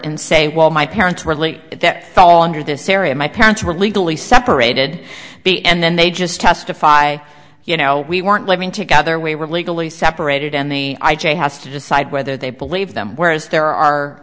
and say well my parents were late that fall under this area my parents were legally separated b and then they just testify you know we weren't living together we were legally separated and me i j has to decide whether they believe them whereas there are